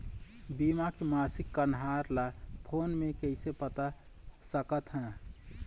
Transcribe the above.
बीमा के मासिक कन्हार ला फ़ोन मे कइसे पता सकत ह?